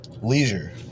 leisure